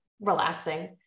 relaxing